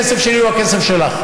הכסף שלי הוא הכסף שלך